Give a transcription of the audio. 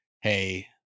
hey